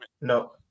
No